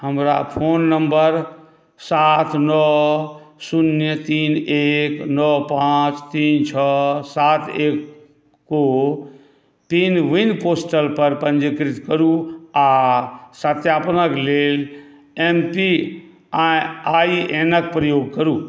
हमरा phone number सात नओ शून्य तीन एक नओ पाँच तीन छओ सात एक कोपिन विन पोस्टलपर पञ्जीकृत करू आओर सत्यापनके लेल एम पी आइ एन के प्रयोग करू